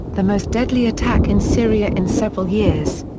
the most deadly attack in syria in several years.